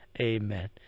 amen